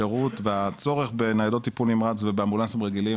השירות והצורך בניידות טיפול נמרץ ובאמבולנסים רגילים,